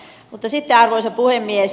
mutta sitten arvoisa puhemies